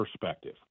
perspective